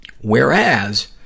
whereas